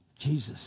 jesus